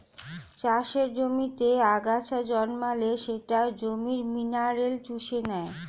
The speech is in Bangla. চাষের জমিতে আগাছা জন্মালে সেটা জমির মিনারেল চুষে নেয়